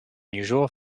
unusual